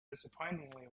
disappointingly